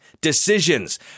decisions